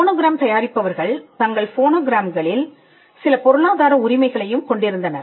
phonogram தயாரிப்பவர்கள் தங்கள் ஃபோனோகிராம்களில் சில பொருளாதார உரிமைகளையும் கொண்டிருந்தனர்